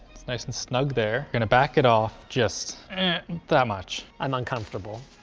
it's nice and snug there, gonna back it off just that much. i'm uncomfortable.